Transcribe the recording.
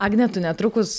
agne tu netrukus